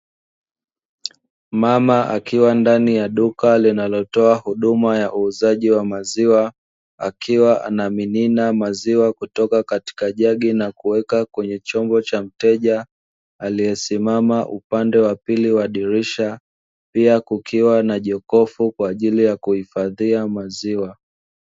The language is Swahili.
Mama akiwa ndani ya duka linalotoa huduma ya uuzaji wa maziwa akiwa anamimina maziwa, kutoka katika jagi na kuweka kwenye chombo cha mteja, aliyesimama upande wa pili wa dirisha pia kukiwa na jokofu kwa ajili ya kuhifadhia maziwa.